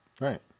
Right